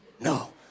No